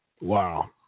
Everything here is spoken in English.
wow